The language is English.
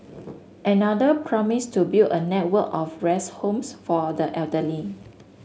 another promised to build a network of rest homes for the elderly